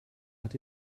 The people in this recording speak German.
hat